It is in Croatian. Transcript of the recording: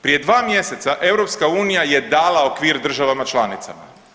Prije 2 mjeseca EU je dala okvir državama članicama.